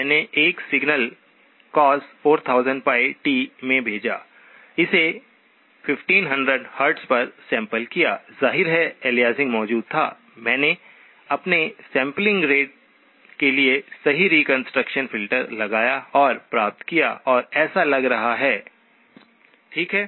मैंने एक signal cos 4000πt में भेजा इसे 1500 हर्ट्ज पर सैंपल किया जाहिर है एलियासिंग मौजूद था मैंने अपने सैंपलिंग रेट के लिए सही रीकंस्ट्रक्शन फ़िल्टर लगाया और प्राप्त किया और ऐसा लग रहा है ठीक है